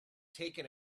taken